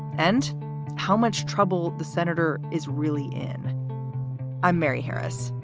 and how much trouble the senator is really in i'm mary harris.